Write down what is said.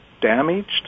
damaged